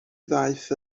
ddaeth